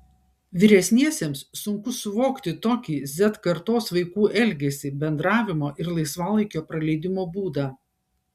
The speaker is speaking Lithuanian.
vyresniesiems sunku suvokti tokį z kartos vaikų elgesį bendravimo ir laisvalaikio praleidimo būdą